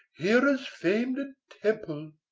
hera's famed temple.